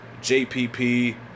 JPP